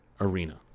arena